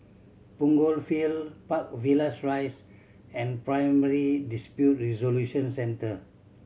Punggol Field Park Villas Rise and Primary Dispute Resolution Centre